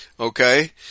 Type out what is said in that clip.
okay